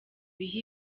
biha